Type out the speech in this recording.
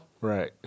Right